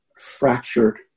fractured